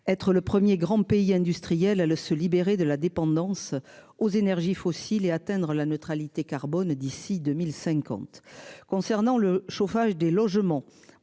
Être le 1er grand pays industriel à le se libérer de la dépendance aux énergies fossiles et atteindre la neutralité carbone d'ici 2050. Concernant le chauffage des logements.